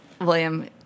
William